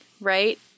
right